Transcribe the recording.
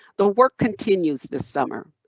the work continues this summer.